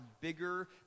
bigger